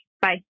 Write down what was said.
Bye